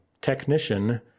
technician